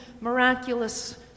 miraculous